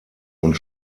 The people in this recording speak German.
und